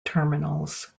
terminals